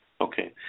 Okay